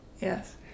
Yes